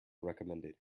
recommended